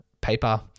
paper